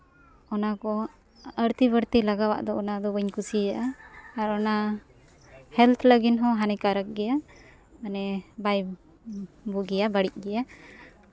ᱚᱱᱟ ᱠᱚ ᱟᱹᱲᱛᱤᱼᱵᱟᱹᱲᱛᱤ ᱞᱟᱜᱟᱣᱟᱜ ᱫᱚ ᱚᱱᱟ ᱫᱚ ᱵᱟᱹᱧ ᱠᱩᱥᱤᱭᱟᱜᱼᱟ ᱟᱨ ᱚᱱᱟ ᱦᱮᱞᱛᱷ ᱞᱟᱹᱜᱤᱫ ᱦᱚᱸ ᱦᱟᱹᱱᱤ ᱠᱟᱨᱚᱠ ᱜᱮᱭᱟ ᱢᱟᱱᱮ ᱵᱟᱭ ᱵᱩᱜᱤᱭᱟ ᱵᱟᱹᱲᱤᱡ ᱜᱮᱭᱟ